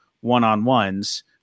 one-on-ones